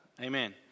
Amen